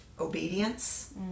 obedience